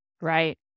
Right